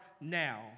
now